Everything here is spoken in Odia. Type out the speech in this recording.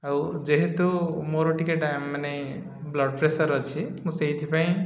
ଆଉ ଯେହେତୁ ମୋର ଟିକେ ଡ ମାନେ ବ୍ଲଡ଼ ପ୍ରେସର ଅଛି ମୁଁ ସେଇଥିପାଇଁ